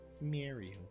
Mario